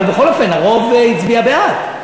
אבל בכל אופן הרוב הצביע בעד.